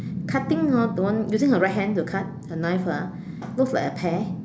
cutting hor don't using my right hand to cut the knife lah looks like a pear